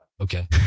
Okay